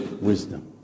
wisdom